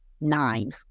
nine